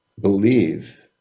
believe